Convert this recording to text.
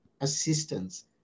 assistance